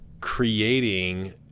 creating